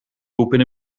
roepen